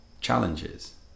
challenges